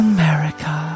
America